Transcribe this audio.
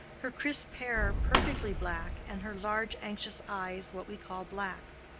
her crisp hair perfectly black, and her large, anxious eyes what we call black.